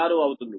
6 అవుతుంది